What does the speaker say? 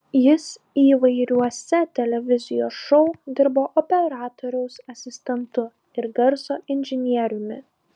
jis įvairiuose televizijos šou dirbo operatoriaus asistentu ir garso inžinieriumi